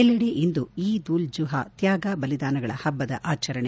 ಎಲ್ಲೆಡೆ ಇಂದು ಈದ್ ಉಲ್ ಜುಹಾ ತ್ಲಾಗ ಬಲಿದಾನಗಳ ಹಬ್ಬದ ಆಚರಣೆ